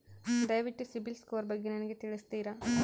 ದಯವಿಟ್ಟು ಸಿಬಿಲ್ ಸ್ಕೋರ್ ಬಗ್ಗೆ ನನಗೆ ತಿಳಿಸ್ತೀರಾ?